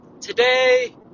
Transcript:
today